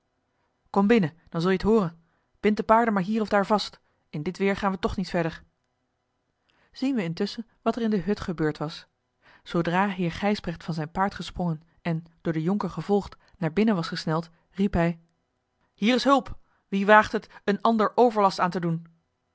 kom binnen dan zul-je het hooren bind de paarden maar hier of daar vast in dit weer gaan we toch niet verder zien we intusschen wat er in de hut gebeurd was zoodra heer gijsbrecht van zijn paard gesprongen en door den jonker gevolgd naar binnen was gesneld riep hij hier is hulp wie waagt het een ander overlast aan te doen